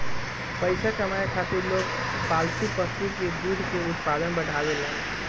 पइसा कमाए खातिर लोग पालतू पशु के दूध के उत्पादन बढ़ावेलन